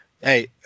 Hey